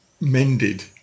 mended